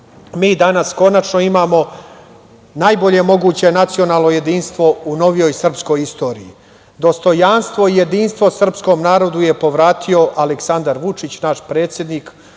danas, konačno imamo najbolje moguće nacionalno jedinstvo u novijoj srpskoj istoriji. Dostojanstvo i jedinstvo srpskom narodu je povratio Aleksandar Vučić, naš predsednik,